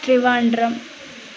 Trivandrum